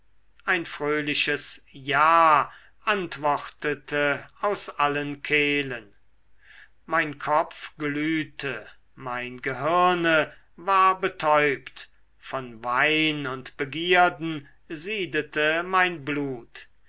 ein fröhliches ja antwortete aus allen kehlen mein kopf glühte mein gehirne war betäubt von wein und begierden siedete mein blut